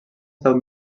estat